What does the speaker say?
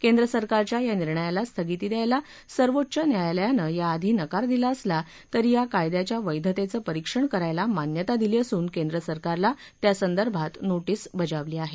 केंद्रसरकारच्या या निर्णयाला स्थगिती द्यायला सर्वोच्च न्यायालयानं याआधी नकार दिला असला तरी या कायद्याच्या वैधतेचं परीक्षण करायला मान्यता दिली असून केंद्रसरकारला त्यासंदर्भात नोटीस बजावली आहे